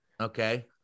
Okay